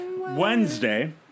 Wednesday